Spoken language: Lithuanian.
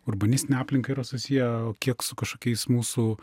urbanistine aplinka yra susiję kiek su kažkokiais mūsų